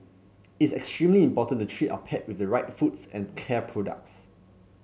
it's extremely important to treat our pet with the right foods and care products